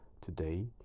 Today